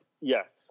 Yes